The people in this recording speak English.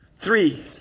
Three